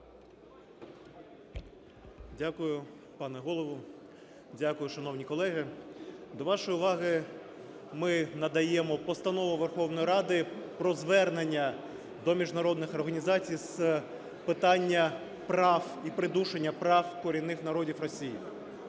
Дякую, пане Голово! Дякую, шановні колеги! До вашої уваги ми надаємо Постанову Верховної Ради про Звернення до міжнародних організацій з питання прав і придушення прав корінних народів Росії.